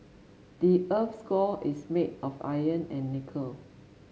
the earth's core is made of iron and nickel